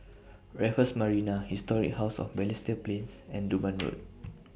Raffles Marina Historic House of Balestier Plains and Durban Road